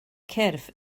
cyrff